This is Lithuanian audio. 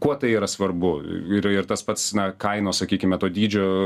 kuo tai yra svarbu ir ir tas pats na kainos sakykime to dydžio